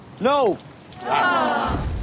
No